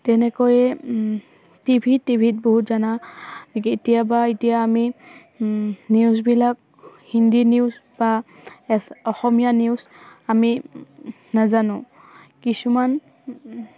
তেনেকৈয়ে টিভিত টিভিত বহুত জনা কেতিয়াবা এতিয়া আমি নিউজবিলাক হিন্দী নিউজ বা অসমীয়া নিউজ আমি নাজানোঁ কিছুমান